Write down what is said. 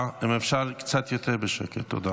תודה.